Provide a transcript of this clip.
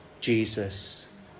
Jesus